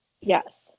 yes